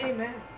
Amen